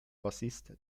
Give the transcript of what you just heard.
bassist